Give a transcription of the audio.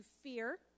fear